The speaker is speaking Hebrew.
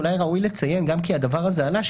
אולי ראוי לציין גם כי הדבר הזה עלה,